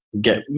get